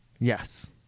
Yes